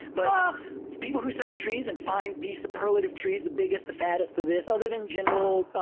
but people who study trees and find these superlative trees, the biggest, the fattest, the this other than general